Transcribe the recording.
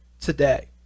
today